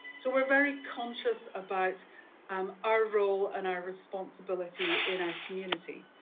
so we're very conscious about um our role and our responsibility in our community.